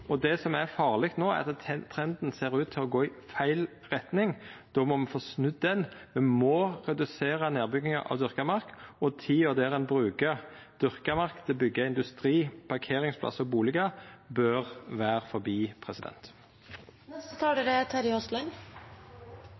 og det som er farleg nå, er at trenden ser ut til å gå i feil retning. Då må me få snudd han. Me må redusera nedbygginga av dyrka mark. Tida då ein brukar dyrka mark til å byggja industri, parkeringsplassar og bustader, bør vera forbi. Det er ingen tvil om at en i landbruket nå er